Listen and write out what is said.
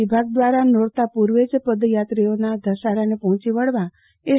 વિભાગ દ્રારા નોરતા પુર્વે જ પદયાત્રીઓના ઘસારાને પર્હોચી વળવા એસ